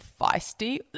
feisty